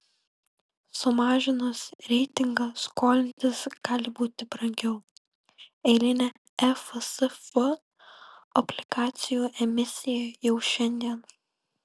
sumažinus reitingą skolintis gali būti brangiau eilinė efsf obligacijų emisija jau šiandien